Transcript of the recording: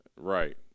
Right